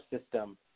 system